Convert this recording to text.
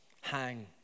hang